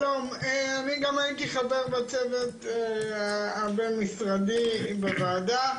שלום, אני גם הייתי חבר בצוות הבין-משרדי בוועדה.